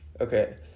Okay